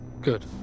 Good